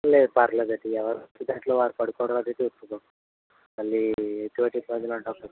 లేదు పర్లేదండి ఎవరికిచ్చిన దాంట్లో వారు పడుకోవడం అనేది ఉత్తమం మళ్ళీ ఎటువంటి ఇబ్బంది ఉండవు